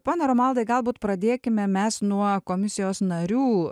pone romaldai galbūt pradėkime mes nuo komisijos narių